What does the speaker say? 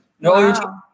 No